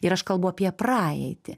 ir aš kalbu apie praeitį